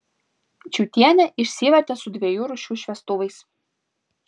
čiutienė išsivertė su dviejų rūšių šviestuvais